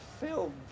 film